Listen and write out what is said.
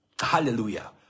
Hallelujah